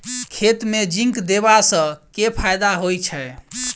खेत मे जिंक देबा सँ केँ फायदा होइ छैय?